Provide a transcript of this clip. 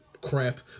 crap